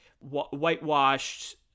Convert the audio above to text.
Whitewashed